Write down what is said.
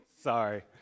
sorry